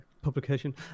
Publication